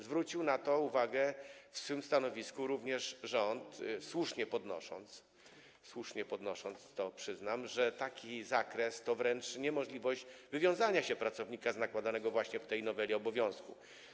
Zwrócił na to uwagę w swym stanowisku również rząd, słusznie podnosząc - to przyznam - że taki zakres to wręcz niemożliwość wywiązania się pracownika z nakładanego właśnie w tej noweli obowiązku.